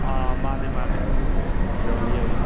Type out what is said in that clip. ꯑꯥ ꯃꯥꯅꯦ ꯃꯥꯅꯦ ꯌꯣꯜꯂꯤ ꯌꯣꯜꯂꯤ